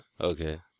Okay